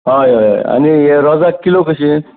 हय हय हय आनी रॉझां किलोक कशीं